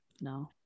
No